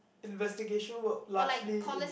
investigation work largely in